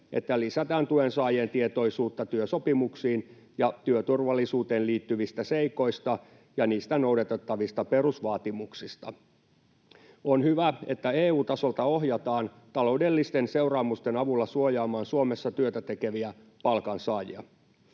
että lisätään tuen saajien tietoisuutta työsopimuksiin ja työturvallisuuteen liittyvistä seikoista ja niistä noudatettavista perusvaatimuksista. On hyvä, että EU-tasolta ohjataan taloudellisten seuraamusten avulla suojaamaan Suomessa työtä tekeviä palkansaajia.